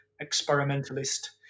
experimentalist